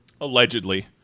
Allegedly